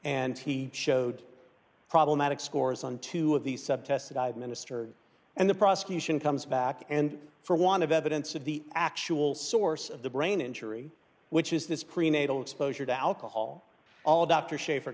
and he showed problematic scores on two of these subtests that i administered and the prosecution comes back and for want of evidence of the actual source of the brain injury which is this prenatal exposure to alcohol all dr shafer